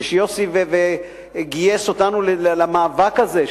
ויוסי גייס אותנו למאבק הזה,